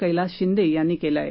कैलास शिंदे यांनी केलं आहे